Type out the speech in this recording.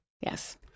Yes